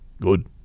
Good